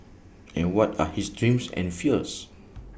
and what are his dreams and fears